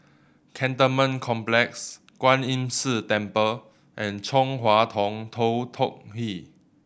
Cantonment Complex Kwan Imm See Temple and Chong Hua Tong Tou Teck Hwee